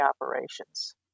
operations